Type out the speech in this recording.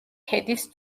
ქედის